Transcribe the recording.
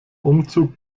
umzug